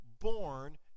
born